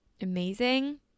amazing